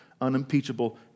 Unimpeachable